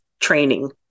training